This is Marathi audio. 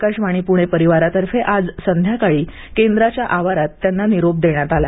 आकाशवाणी पुणे परिवारातर्फे आज संध्याकाळी केंद्राच्या आवारात त्यांना निरोप देण्यात आला